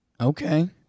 Okay